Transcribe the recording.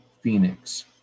Phoenix